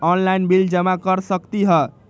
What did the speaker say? Online bill जमा कर सकती ह?